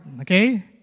Okay